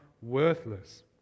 worthless